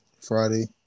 Friday